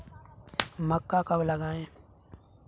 मक्का कब लगाएँ?